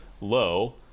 low